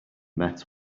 met